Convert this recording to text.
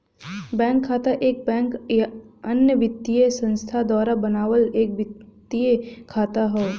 bank खाता एक bank या अन्य वित्तीय संस्थान द्वारा बनावल एक वित्तीय खाता हौ